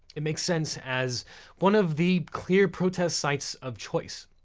it makes sense as one of the clear protest sites of choice.